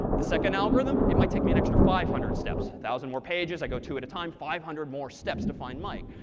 the second algorithm it might take me an extra five hundred steps. one thousand more pages, i go two at a time five hundred more steps to find mike.